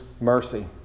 mercy